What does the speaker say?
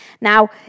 Now